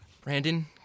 Brandon